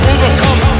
Overcome